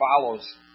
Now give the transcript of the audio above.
follows